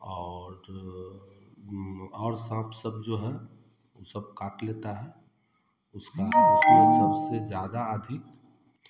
और और साँप सब जो है उ सब काट लेता है उसका उसमें सबसे ज़्यादा अधिक